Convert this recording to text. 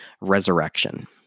Resurrection